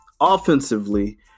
Offensively